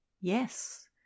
Yes